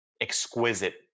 exquisite